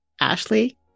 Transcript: Ashley